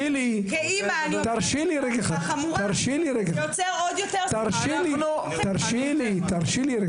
כאימא אני אומרת, זה יוצר עוד יותר --- תרשי לי.